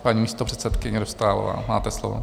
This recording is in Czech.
Paní místopředsedkyně Dostálová, máte slovo.